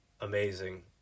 amazing